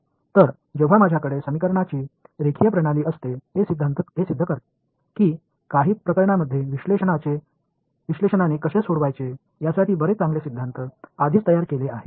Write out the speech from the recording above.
तर जेव्हा माझ्याकडे समीकरणांची रेखीय प्रणाली असते हे सिद्ध करते की काही प्रकरणांमध्ये विश्लेषणाने कसे सोडवायचे यासाठी बरेच चांगले सिद्धांत आधीच तयार केलेले आहे